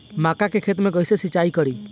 मका के खेत मे कैसे सिचाई करी?